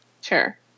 Sure